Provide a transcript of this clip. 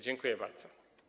Dziękuję bardzo.